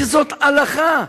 זאת הלכה.